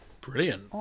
brilliant